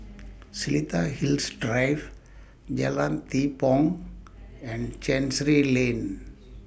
Seletar Hills Drive Jalan Tepong and Chancery Lane